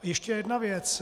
Ještě jedna věc.